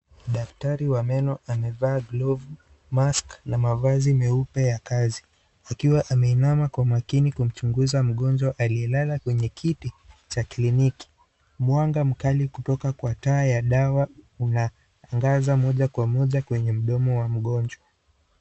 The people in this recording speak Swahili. Daktari wa meno amevaa glovu, mask na mavazi meupe ya kazi akiwa ameinama kwa makini kwa kumchunguza mgonjwa alie lala kwenye kiti cha kliniki. Mwanga mkali kutoka kwa taa ya dari unaangaza moja kwa moja kwenye mdomo wa mgonjwa.